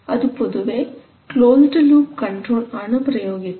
അത് പൊതുവേ closed loop control ആണ് പ്രയോഗിക്കുന്നത്